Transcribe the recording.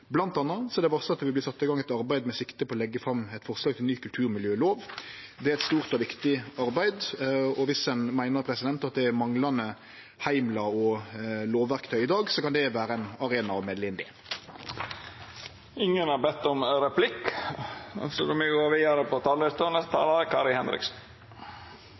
er det varsla at det vil verte sett i gang eit arbeid med sikte på å leggje fram eit forslag til ny kulturmiljølov. Det er eit stort og viktig arbeid, og viss ein meiner at det er manglande heimlar og lovverktøy i dag, kan det vere ein arena for å melde inn det. Jeg skal bare kort komme med vår begrunnelse for å stemme imot dette. Det er ikke fordi vi ikke er